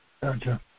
Gotcha